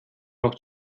noch